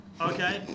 Okay